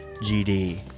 gd